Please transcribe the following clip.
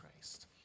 Christ